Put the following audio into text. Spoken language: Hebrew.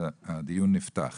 הדיון נפתח.